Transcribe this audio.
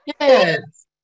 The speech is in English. Yes